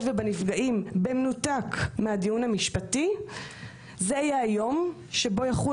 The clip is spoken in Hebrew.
ובנפגעים במנותק מהדיון המשפטי זה יהיה היום שבו יחול